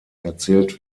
erzählt